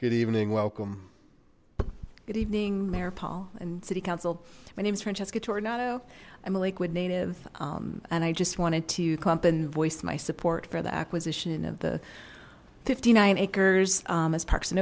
good evening welcome good evening mayor paul and city council my name is francesca toronado i'm a lakewood native and i just wanted to clump and voice my support for the acquisition of the fifty nine acres as parks and